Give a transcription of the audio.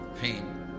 pain